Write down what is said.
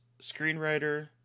screenwriter